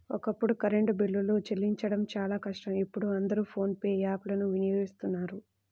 ఒకప్పుడు కరెంటు బిల్లులు చెల్లించడం చాలా కష్టం ఇప్పుడు అందరూ ఫోన్ పే యాప్ ను వినియోగిస్తున్నారు